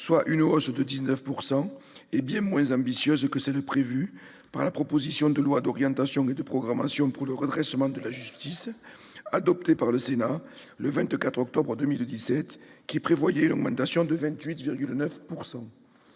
soit une hausse de 19 %, est bien moins ambitieuse que celle prévue par la proposition de loi d'orientation et de programmation pour le redressement de la justice adoptée par le Sénat le 24 octobre 2017- l'augmentation prévue